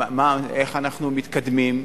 איך אנחנו מתקדמים,